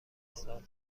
سال